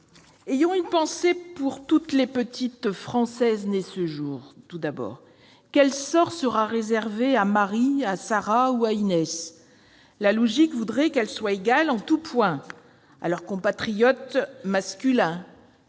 Ayons une pensée pour toutes les petites Françaises nées ce jour ! Quel sort sera réservé à Marie, à Sarah ou à Inès ? La logique voudrait qu'elles soient égales en tout point à leurs compatriotes masculins,